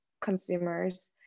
consumers